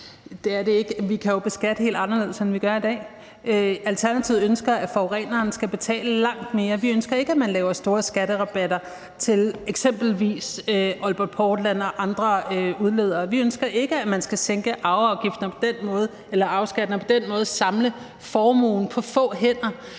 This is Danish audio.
Vi kan jo beskatte helt anderledes, end vi gør i dag. Alternativet ønsker, at forureneren skal betale langt mere. Vi ønsker ikke, at man laver store skatterabatter til eksempelvis Aalborg Portland og andre udledere. Vi ønsker ikke, at man skal sænke arveskatterne og på den måde samle formuen på få hænder.